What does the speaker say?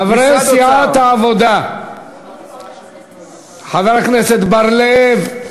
חברי סיעת העבודה, משרד האוצר, חבר הכנסת בר-לב,